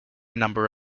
number